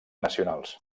nacionals